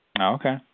Okay